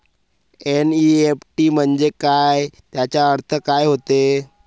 NEFT म्हंजे काय, त्याचा अर्थ काय होते?